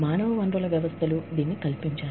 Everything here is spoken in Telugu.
మానవ వనరుల వ్యవస్థలు దీనిని సులభతరం చేస్తాయి